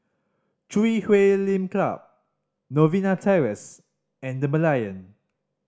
Chui Huay Lim Club Novena Terrace and The Merlion